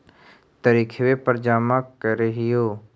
तरिखवे पर जमा करहिओ?